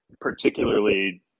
particularly